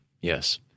Yes